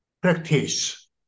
practice